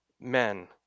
men